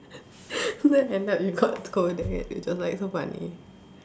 then end up you got scolded it's just like so funny